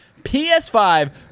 PS5